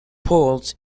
poles